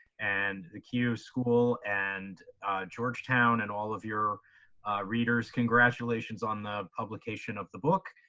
and the keough school, and georgetown and all of your readers, congratulations on the publication of the book,